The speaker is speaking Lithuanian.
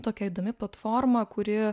tokia įdomi platforma kuri